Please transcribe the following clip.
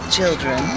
Children